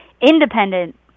independent